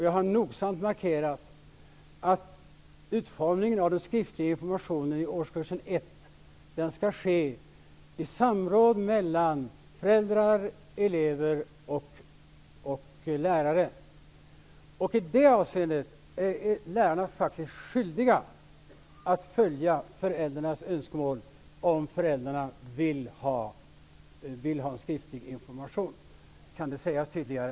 Jag har nogsamt markerat att utformningen av den skriftliga informationen i årskurs 1 skall ske i samråd mellan föräldrar, elever och lärare. I det avseendet är lärarna faktiskt skyldiga att följa föräldrarnas önskemål, om föräldrarna vill ha en skriftlig information. Kan det sägas tydligare?